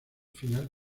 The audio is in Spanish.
final